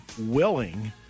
willing